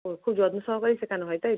ও খুব যত্ন সহকারেই শেখানো হয় তাই তো